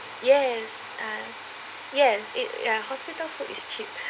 yes ah yes it ya hospital food is cheap